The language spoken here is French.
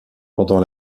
pendant